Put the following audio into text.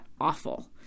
awful